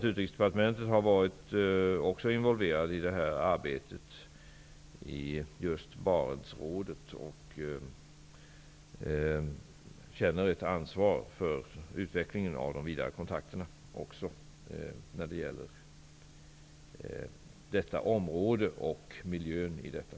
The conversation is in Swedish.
Utrikesdepartemenet har också varit involverat i arbetet i Barentsrådet. Man känner ett ansvar för utvecklingen av de vidare kontakterna även när det gäller detta område och miljön där.